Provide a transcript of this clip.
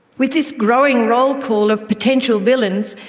with this growing roll-call of potential villains,